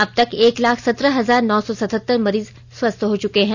अब तक एक लाख संत्रह हजार नौ सौ सतहत्तर मरीज स्वस्थ हो चुके हैं